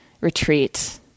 retreat